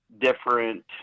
different